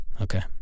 Okay